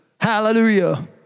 Hallelujah